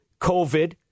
covid